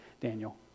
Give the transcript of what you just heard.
Daniel